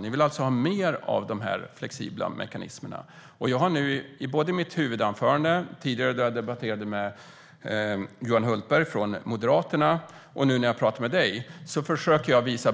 Ni vill alltså ha mer av de flexibla mekanismerna. Jag har i mitt huvudanförande och när jag tidigare debatterade med Johan Hultberg från Moderaterna och nu när jag pratar med dig försökt visa